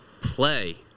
play